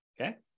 Okay